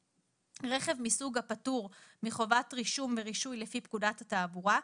רכב מסוג הפטור מחובת רישום ורישוי לפי פקודת התעבורה,